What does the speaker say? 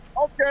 Okay